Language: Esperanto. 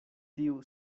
tiu